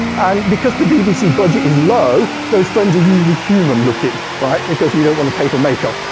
and because the bbc budget is low, those friends are usually human looking, right? because you don't want to pay for makeup.